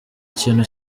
kintu